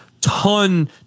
ton